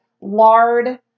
lard